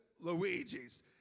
Luigi's